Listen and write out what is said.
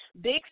Big